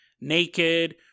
naked